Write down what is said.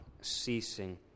ceasing